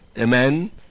amen